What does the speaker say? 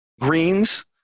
Greens